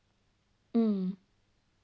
mm